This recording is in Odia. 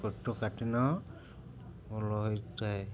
କୋଷ୍ଠକାଠିନ୍ୟ ଭଲ ହୋଇଥାଏ